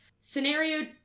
Scenario